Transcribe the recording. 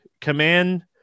command